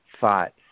thought